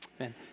Amen